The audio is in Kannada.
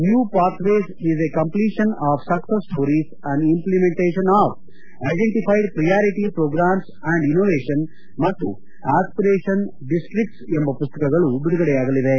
ನ್ನೂ pathways is a compilation of success stories on implementation of identified priority programmes and innovation ಮತ್ತು ಆಸ್ಪಿರೇಷನ್ ಡಿಸ್ಟಿಕ್ಟ್ಲ ಎಂಬ ಪುಸ್ತಕಗಳು ಬಿಡುಗಡೆಯಾಗಲಿವೆ